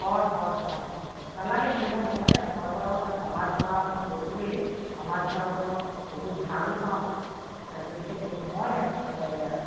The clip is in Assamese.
হয় হয় হয় হয় নালাগে সেইবিলাক নালাগে মই বাৰু সেই সমাজ সেৱা মই কৰোঁৱেই সমাজ সেৱা কৰি মই বহুত ভালো পাওঁ গতিকে তো মই